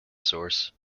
source